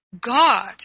God